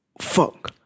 fuck